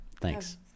thanks